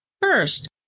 First